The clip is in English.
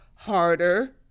harder